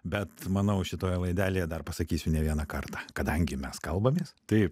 bet manau šitoje laidelėje dar pasakysiu ne vieną kartą kadangi mes kalbamės taip